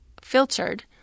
filtered